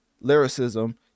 lyricism